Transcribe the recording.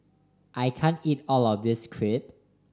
I can't eat all of this Crepe